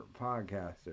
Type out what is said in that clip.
podcaster